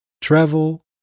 travel